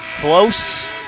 Close